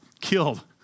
killed